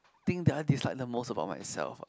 thing that I dislike the most about myself ah